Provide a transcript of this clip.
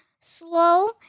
slow